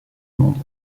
monde